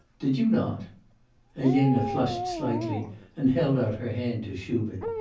did you not elena flushed slightly and held out her hand to shubin.